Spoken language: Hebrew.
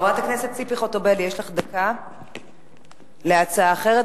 חברת הכנסת ציפי חוטובלי, יש לך דקה להצעה אחרת.